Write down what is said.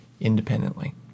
independently